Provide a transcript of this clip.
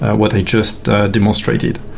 what i just demonstrated.